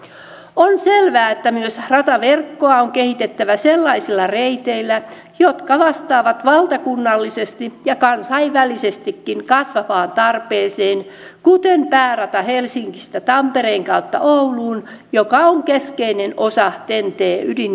on selvää että myös rataverkkoa on kehitettävä sellaisilla reiteillä jotka vastaavat valtakunnallisesti ja kansainvälisestikin kasvavaan tarpeeseen kuten päärata helsingistä tampereen kautta ouluun joka on keskeinen osa ten t ydinverkkoa